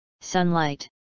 sunlight